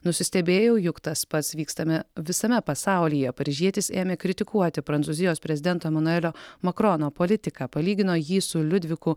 nusistebėjau juk tas pats vykstame visame pasaulyje paryžietis ėmė kritikuoti prancūzijos prezidento emanuelio makrono politiką palygino jį su liudviku